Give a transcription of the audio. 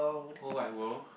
whole wide world